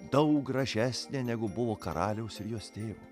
daug gražesnė negu buvo karaliaus ir jos tėvo